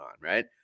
right